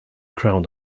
crown